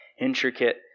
intricate